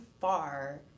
far